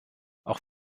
auch